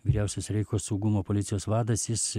vyriausias reicho saugumo policijos vadas jis